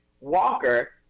Walker